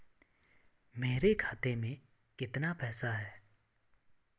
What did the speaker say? मेरे खाते में कितना पैसा है?